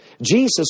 Jesus